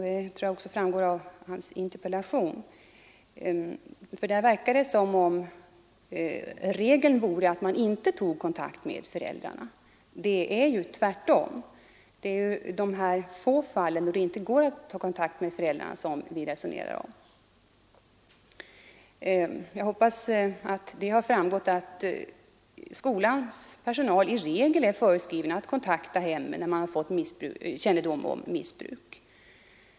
Det verkar också av interpellationen som om han något missförstått saken och tror att regeln är att man inte tar kontakt med föräldrarna. Men det är ju tvärtom. Det är de få fallen, då det inte går att ta kontakt med föräldrarna, som vi här resonerar om. Jag hoppas att det har framgått att skolans personal enligt föreskrifterna i regel har att kontakta hemmen när man fått kännedom om missbruk.